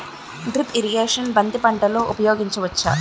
Drip irrigation బంతి పంటలో ఊపయోగించచ్చ?